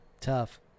tough